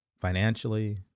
Financially